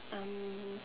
um